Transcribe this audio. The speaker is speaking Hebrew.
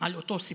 על אותו סיפור.